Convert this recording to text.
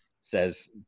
says